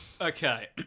Okay